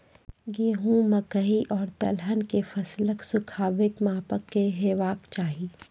गेहूँ, मकई आर दलहन के फसलक सुखाबैक मापक की हेवाक चाही?